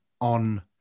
on